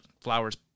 flowers